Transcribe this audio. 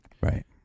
right